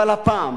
אבל הפעם